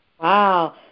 Wow